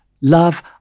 love